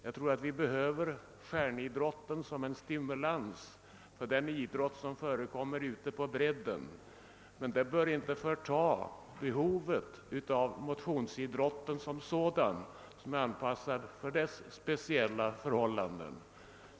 Stjärnidrotten behövs som en stimulans för den idrott som förekommer ute på bredden, men detta förtar inte behovet av motionsidrotten som sådan. Den är anpassad efter speciella förhållanden.